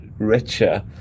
richer